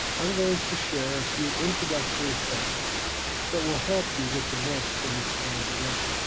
i'm going to share a few introductory thoughts that will help you get the most from this time together.